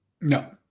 No